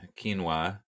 quinoa